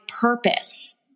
purpose